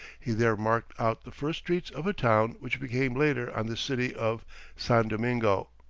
he there marked out the first streets of a town which became later on the city of san domingo.